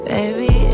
Baby